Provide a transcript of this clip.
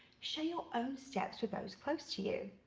share your own steps with those close to you.